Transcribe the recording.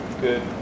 good